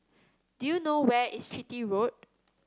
do you know where is Chitty Road